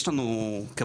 יש לנו כמתפ"ש,